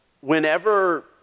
whenever